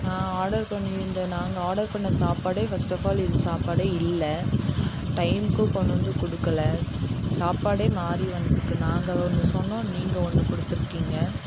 நான் ஆடர் பண்ணியிருந்த நாங்கள் ஆடர் பண்ண சாப்பாடே ஃபஸ்ட் ஆஃப் ஆல் இது சாப்பாடே இல்லை டைமுக்கு கொண்டு வந்து கொடுக்கல சாப்பாடே மாறி வந்துருக்குது நாங்கள் ஒன்று சொன்னோம் நீங்கள் ஒன்று கொடுத்துருக்கீங்க